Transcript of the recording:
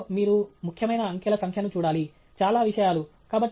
పట్టికలో మీరు ముఖ్యమైన అంకెల సంఖ్యను చూడాలి చాలా విషయాలు